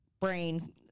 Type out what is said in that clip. brain